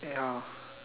ya